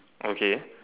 okay